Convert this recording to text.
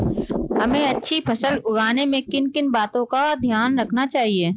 हमें अच्छी फसल उगाने में किन किन बातों का ध्यान रखना चाहिए?